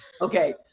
okay